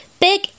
Big